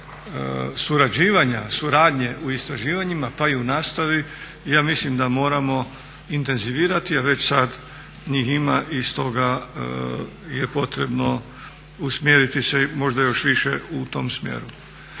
suradnje u istraživanjima pa i u nastavi ja mislim da moramo intenzivirati, a već sada njih ima i stoga je potrebno usmjeriti se možda još više u tom smjeru.